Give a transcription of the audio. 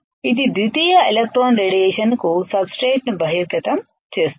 ఇది ద్వితీయ electron radiation కు సబ్ స్ట్రేట్ ని బహిర్గతం చేస్తుంది